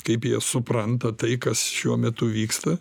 kaip jie supranta tai kas šiuo metu vyksta